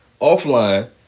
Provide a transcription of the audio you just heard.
offline